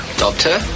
doctor